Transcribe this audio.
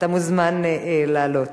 אתה מוזמן לעלות.